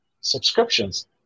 subscriptions